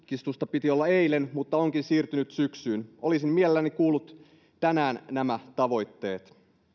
piti olla eilen mutta se onkin siirtynyt syksyyn olisin mielelläni kuullut tänään nämä tavoitteet